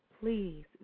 please